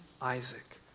Isaac